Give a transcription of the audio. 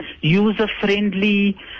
user-friendly